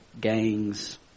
gangs